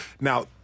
Now